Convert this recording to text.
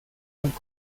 und